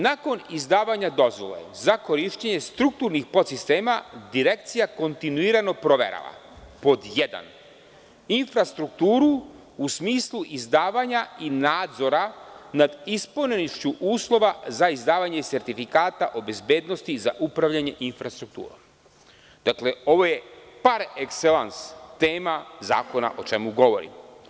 Nakon izdavanja dozvole za korišćenje strukturnih podsistema, Direkcija kontinuirano proverava: 1) infrastrukturu u smislu izdavanja i nadzora nad ispunjenošću uslova za izdavanje sertifikata o bezbednosti za upravljanje infrastrukturom.“ Dakle, ovo je par ekselans tema zakona o čemu govorim.